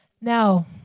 Now